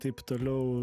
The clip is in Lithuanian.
taip toliau